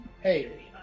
Hey